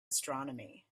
astronomy